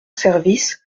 service